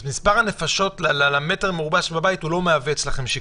אז מספר הנפשות למ"ר בבית זה משהו שלא מהווה אצלכם שיקול?